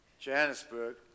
Johannesburg